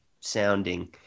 sounding